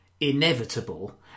inevitable